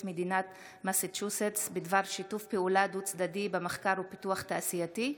מדינת מסצ'וסטס בדבר שיתוף פעולה דו-צדדי במחקר ופיתוח תעשייתי,